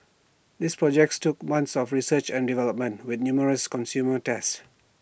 these projects took months of research and development with numerous consumer tests